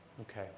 Okay